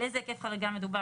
על איזה היקף חריגה מדובר?